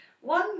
One